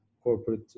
corporate